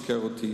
הוא לא שיקר לי.